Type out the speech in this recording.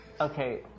okay